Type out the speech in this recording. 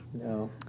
No